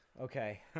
Okay